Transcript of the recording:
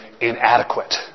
inadequate